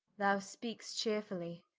thou speak'st chearefully.